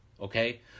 Okay